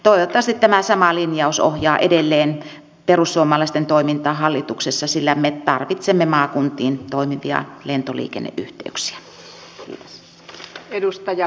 toivottavasti tämä sama linjaus ohjaa edelleen perussuomalaisten toimintaa hallituksessa sillä me tarvitsemme maakuntiin toimivia lentoliikenneyhteyksiä